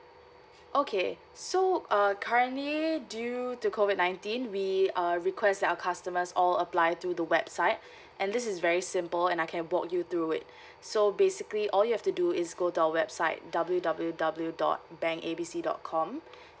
okay so uh currently due to COVID nineteen we uh request our customers all apply through the website and this is very simple and I can walk you through it so basically all you have to do is go to our website W W W dot bank A B C dot com